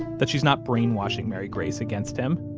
that she's not brainwashing mary grace against him.